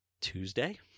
Tuesday